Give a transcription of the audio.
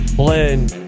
blend